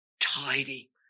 tidy